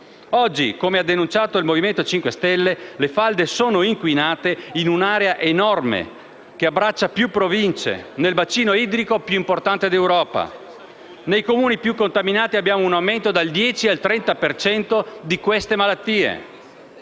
Oggi, come ha denunciato il Movimento 5 Stelle, le falde sono inquinate in un'area enorme, che abbraccia più Province, nel bacino idrico più importante d'Europa e nei Comuni più contaminati abbiamo un aumento dal 10 al 30 per cento di queste malattie.